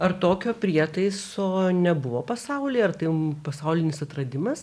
ar tokio prietaiso nebuvo pasaulyje ar tai pasaulinis atradimas